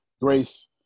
Grace